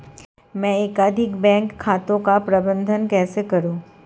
मैं एकाधिक बैंक खातों का प्रबंधन कैसे करूँ?